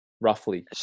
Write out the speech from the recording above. roughly